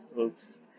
Oops